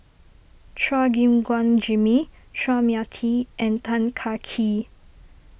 Chua Gim Guan Jimmy Chua Mia Tee and Tan Kah Kee